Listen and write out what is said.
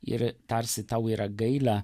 ir tarsi tau yra gaila